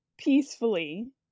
peacefully